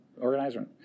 organizer